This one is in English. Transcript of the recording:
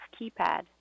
keypad